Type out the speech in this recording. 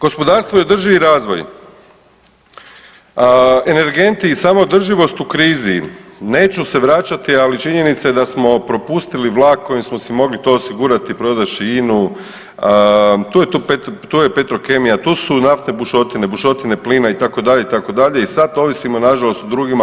Gospodarstvo i održivi razvoj, energenti i samoodrživost u krizi, neću se vraćati ali činjenica je da smo propustili vlak kojim smo si mogli to osigurati prodavši INU, tu je Petrokemija, tu su naftne bušotine, bušotine plina itd., itd., i sad ovisimo nažalost o drugima.